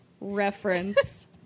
reference